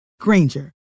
Granger